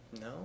No